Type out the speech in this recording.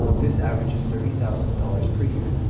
this averages thirty thousand dollars per year.